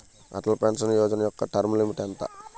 Atal pension Yojana యెక్క term limit ఎంత?